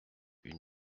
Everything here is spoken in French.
une